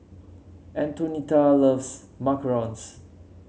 Antonetta loves macarons